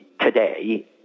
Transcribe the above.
today